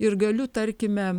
ir galiu tarkime